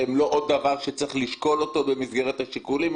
זה לא סתם עוד דבר שצריך לשקול אותו במסגרת שאר השיקולים,